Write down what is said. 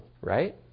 right